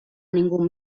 ningú